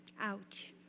ouch